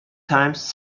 times